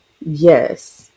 Yes